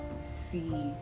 see